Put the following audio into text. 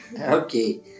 okay